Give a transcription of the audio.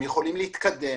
הם יכולים להתקדם,